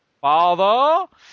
father